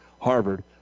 Harvard